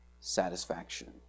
satisfaction